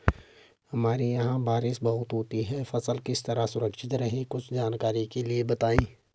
हमारे यहाँ बारिश बहुत होती है फसल किस तरह सुरक्षित रहे कुछ जानकारी के लिए बताएँ?